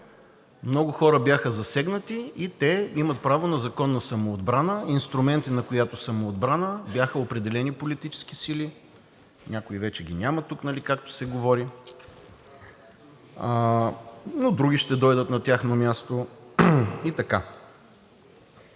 Много хора бяха засегнати и те имат право на законна самоотбрана, инструменти на която самоотбрана бяха определени политически сили, някои вече ги няма тук, както се говори, но други ще дойдат на тяхно място и така.